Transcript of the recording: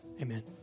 amen